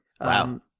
wow